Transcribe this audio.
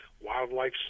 wildlife